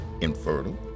infertile